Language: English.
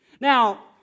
Now